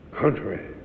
country